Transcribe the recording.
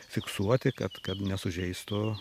fiksuoti kad kad nesužeistų